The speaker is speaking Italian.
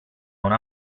una